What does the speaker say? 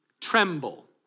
tremble